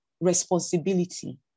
responsibility